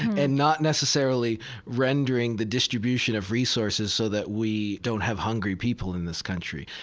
and not necessarily rendering the distribution of resources so that we don't have hungry people in this country?